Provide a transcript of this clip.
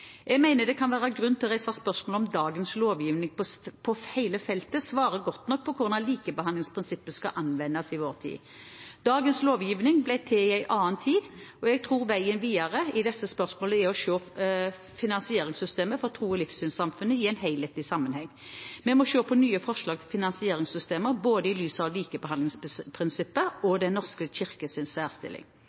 Jeg mener det kan være grunn til å reise spørsmålet om dagens lovgivning på hele feltet svarer godt nok på hvordan likebehandlingsprinsippet skal anvendes i vår tid. Dagens lovgivning ble til i en annen tid. Jeg tror veien videre i disse spørsmålene er å se finansieringssystemet for tros- og livssynssamfunnene i en helhetlig sammenheng. Vi må se på nye forslag til finansieringssystemer i lys av både likebehandlingsprinsippet og Den norske kirkes særstilling. Jeg vil om kort tid legge fram lovforslag for Stortinget som etablerer Den norske kirke